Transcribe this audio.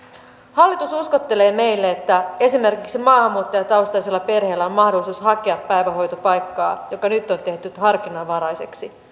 hallitus uskottelee meille että esimerkiksi maahanmuuttajataustaisella perheellä on mahdollisuus hakea päivähoitopaikkaa joka nyt on tehty harkinnanvaraiseksi